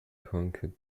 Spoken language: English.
conquered